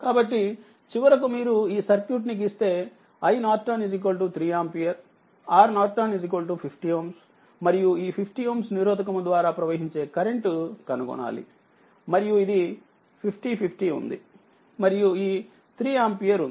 కాబట్టి చివరకు మీరు ఈ సర్క్యూట్ ని గీస్తే iN 3 ఆంపియర్ RN 50Ω మరియు ఈ 50Ω నిరోధకము ద్వారా ప్రవహించే కరెంట్ కనుగొనాలి మరియుఇది5050 ఉందిమరియు ఈ3ఆంపియర్ ఉంది